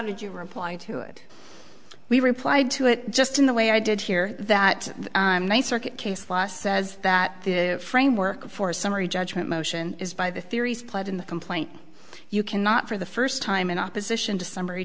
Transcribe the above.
did you reply to it we replied to it just in the way i did here that my circuit case law says that the framework for summary judgment motion is by the theories played in the complaint you cannot for the first time in opposition to summary